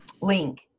link